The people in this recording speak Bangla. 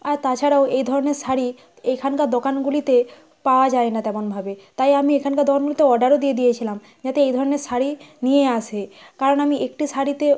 আর তাছাড়াও এই ধরনের শাড়ি এখানকার দোকানগুলিতে পাওয়া যায় না তেমনভাবে তাই আমি এখানকার দোকানগুলিতে অর্ডারও দিয়ে দিয়েছিলাম যাতে এই ধরনের শাড়ি নিয়ে আসে কারণ আমি একটি শাড়িতে